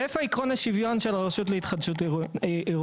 ואיפה עקרון השוויון של הרשות להתחדשות עירונית?